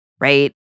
right